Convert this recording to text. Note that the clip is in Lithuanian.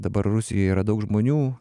dabar rusijoj yra daug žmonių